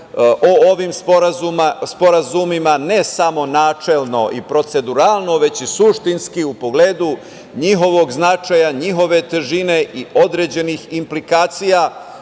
o ovim sporazumima ne samo načelno i proceduralno, već i suštinski, u pogledu njihovog značaja, njihove težine i određenih implikacija,